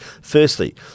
Firstly